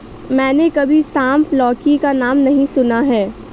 मैंने कभी सांप लौकी का नाम नहीं सुना है